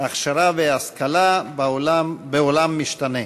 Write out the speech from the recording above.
חשיבה מחדש על הכשרה והשכלה בעולם משתנה,